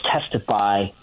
testify